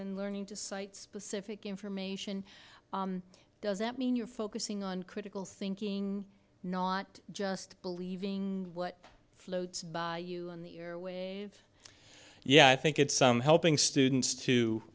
and learning to cite specific information does that mean you're focusing on critical thinking not just believing what floats by you in the year which yeah i think it's some helping students to